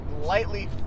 lightly